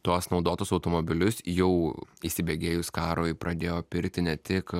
tuos naudotus automobilius jau įsibėgėjus karui pradėjo pirkti ne tik